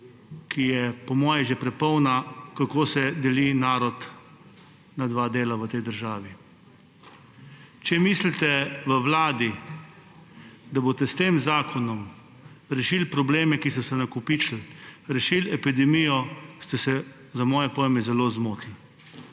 ki je po moje že prepolna, kako se deli narod na dva dela v tej državi. Če mislite v vladi, da boste s tem zakonom rešili probleme, ki so se nakopičili, rešili epidemijo, ste se za moje pojme zelo zmotili.